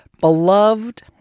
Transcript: beloved